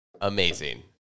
amazing